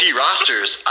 rosters